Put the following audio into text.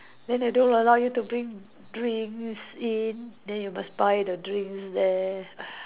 then they don't allow you to bring drinks in then you must buy the drinks there